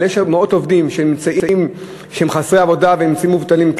אבל יש גם מאות עובדים שהם חסרי עבודה ונמצאים מובטלים.